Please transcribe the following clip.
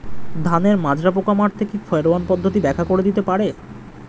ধানের মাজরা পোকা মারতে কি ফেরোয়ান পদ্ধতি ব্যাখ্যা করে দিতে পারে?